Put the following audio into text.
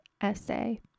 essay